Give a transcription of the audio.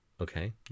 okay